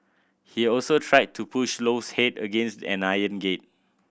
he also tried to push Low's head against an iron gate